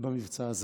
במבצע הזה,